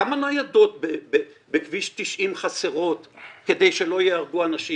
כמה ניידות בכביש 90 חסרות כדי שלא ייהרגו אנשים.